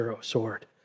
sword